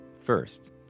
First